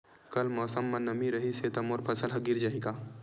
कल मौसम म नमी रहिस हे त मोर फसल ह गिर जाही का?